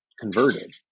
converted